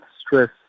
stress